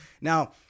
Now